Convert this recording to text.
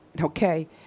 Okay